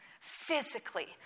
Physically